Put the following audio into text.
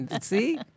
See